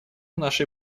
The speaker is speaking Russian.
нашей